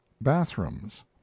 bathrooms